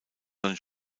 sein